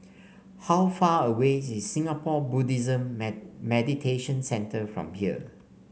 how far away is Singapore Buddhist Meditation Centre from here